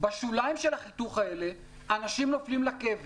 בשוליים של החיתוך הזה אנשים נופלים לקבר.